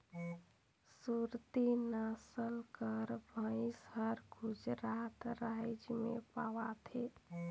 सुरती नसल कर भंइस हर गुजरात राएज में पवाथे